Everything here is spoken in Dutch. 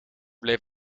bleef